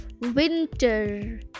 winter